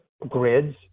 grids